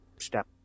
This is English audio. step